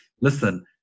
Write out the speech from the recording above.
listen